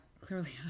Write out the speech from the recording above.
Clearly